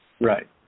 Right